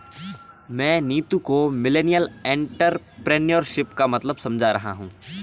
मैं नीतू को millennial entrepreneurship का मतलब समझा रहा हूं